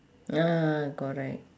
ah correct